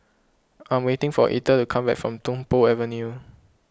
I am waiting for Ether to come back from Tung Po Avenue